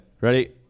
ready